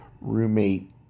roommate